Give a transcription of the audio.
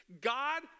God